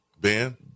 Ben